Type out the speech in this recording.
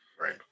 Right